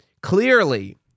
Clearly